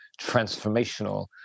transformational